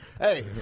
Hey